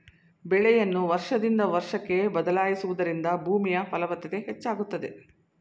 ಬೆಳೆಯನ್ನು ವರ್ಷದಿಂದ ವರ್ಷಕ್ಕೆ ಬದಲಾಯಿಸುವುದರಿಂದ ಭೂಮಿಯ ಫಲವತ್ತತೆ ಹೆಚ್ಚಾಗುತ್ತದೆ